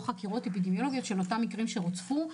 חקירות אפידמיולוגיות של אותם מקרים שרוצפו,